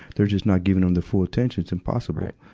they're just not giving them the full attention. it's impossible,